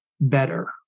Better